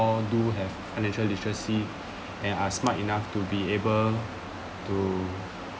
do have financial literacy and are smart enough to be able to